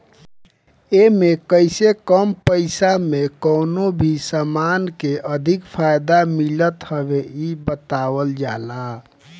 एमे कइसे कम पईसा में कवनो भी समान के अधिक फायदा मिलत हवे इ बतावल जाला